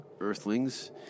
Earthlings